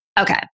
Okay